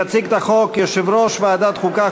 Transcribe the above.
יציג את החוק יושב-ראש ועדת החוקה,